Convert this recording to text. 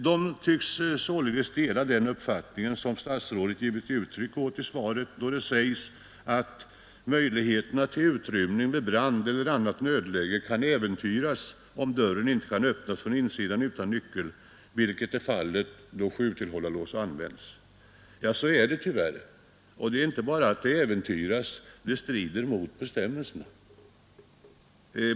Man tycks således dela den uppfattning som statsrådet givit uttryck åt i svaret, där det sägs: ”Möjligheterna till utrymning vid brand eller annat nödläge kan äventyras om dörren inte kan öppnas från insidan utan nyckel, vilket är fallet om sjutillhållarlås används.” Ja, så är det tyvärr, och möjligheterna till utrymning inte bara äventyras, utan de strider också mot bestämmelserna.